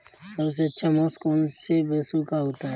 सबसे अच्छा मांस कौनसे पशु का होता है?